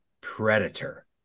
Predator